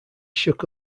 shook